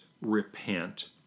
repent